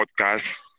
podcast